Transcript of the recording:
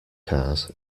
cars